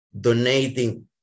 donating